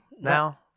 now